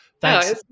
thanks